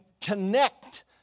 connect